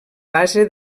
base